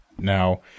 Now